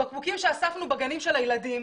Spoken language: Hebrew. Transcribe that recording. יש בקבוקים שאספנו בגנים של הילדים.